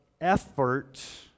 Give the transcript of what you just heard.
effort